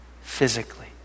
physically